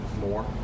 more